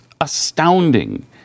astounding